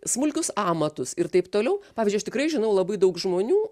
smulkius amatus ir taip toliau pavyzdžiui aš tikrai žinau labai daug žmonių